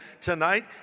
tonight